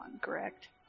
correct